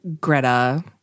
Greta